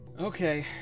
Okay